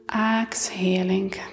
exhaling